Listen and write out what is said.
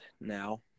now